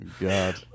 God